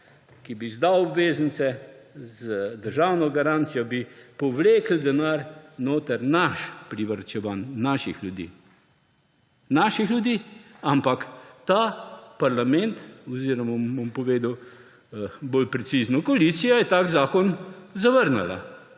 ki bi izdal obveznice z državno garancijo, bi povlekli denar noter, naš, privarčevan, naših ljudi, ampak ta parlament oziroma bom povedal bolj precizno, koalicija je tak zakon zavrnila.